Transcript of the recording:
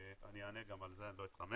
אני אענה גם על זה ולא אתחמק,